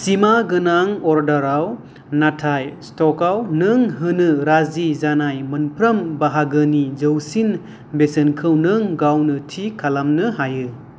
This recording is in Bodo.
सिमा गोनां अरदाराव नाथाय स्टकाव नों होनो राजि जानाय मोनफ्रोम बाहागोनि जौसिन बेसेनखौ नों गावनो थि खालामनो हायो